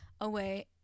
away